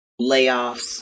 layoffs